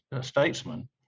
statesman